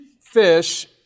fish